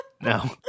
No